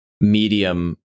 medium